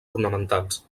ornamentals